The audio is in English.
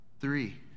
Three